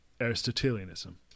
aristotelianism